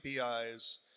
APIs